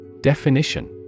Definition